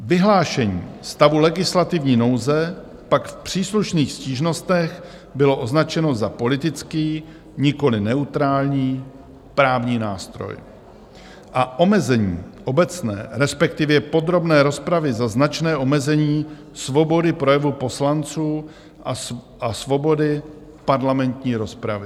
Vyhlášení stavu legislativní nouze pak v příslušných stížnostech bylo označeno za politický, nikoliv neutrální právní nástroj a omezení obecné, respektive podrobné rozpravy za značné omezení svobody projevu poslanců a svobody parlamentní rozpravy.